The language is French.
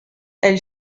elle